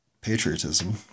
patriotism